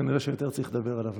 כנראה שיותר צריך לדבר עליו,